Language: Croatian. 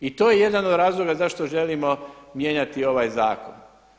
I to je jedan od razloga zašto želimo mijenjati ovaj zakon.